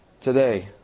today